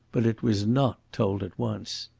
but it was not told at once.